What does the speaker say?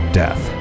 death